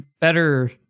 Better